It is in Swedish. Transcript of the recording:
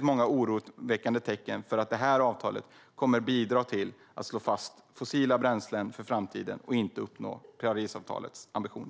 många oroväckande tecken på att det kommer att bidra till att slå fast fossila bränslen för framtiden och inte uppnå Parisavtalets ambitioner.